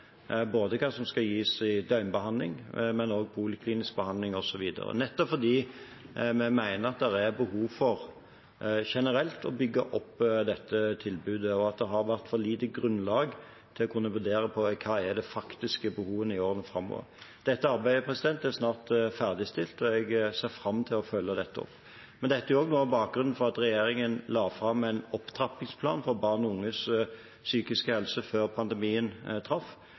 både hva som skal gis i døgnbehandling, og også poliklinisk behandling osv., nettopp fordi vi mener at det er behov for generelt å bygge opp dette tilbudet, og at det har vært for lite grunnlag til å kunne vurdere hva de faktiske behovene i årene framover er. Dette arbeidet er snart ferdigstilt, og jeg ser fram til å følge det opp. Dette er også noe av bakgrunnen for at regjeringen la fram en opptrappingsplan for barn og unges psykiske helse før pandemien traff.